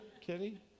kitty